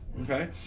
Okay